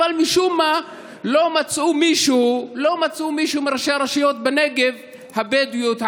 אבל משום מה לא מצאו מישהו מראשי הרשויות בנגב הבדואיות,